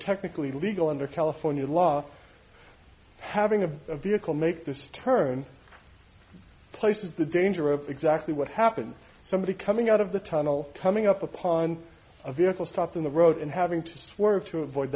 technically legal under california law having a vehicle make the turn places the danger of exactly what happened somebody coming out of the tunnel coming up upon a vehicle stopped in the road and having to swerve to avoid